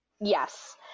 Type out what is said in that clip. yes